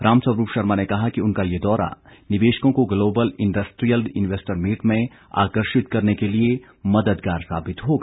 रामस्वरूप शर्मा ने कहा कि उनका ये दौरा निवेशकों को ग्लोबल इंडस्ट्रियल इन्वेस्टर मीट में आकर्षित करने के लिए मददगार साबित होगा